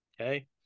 Okay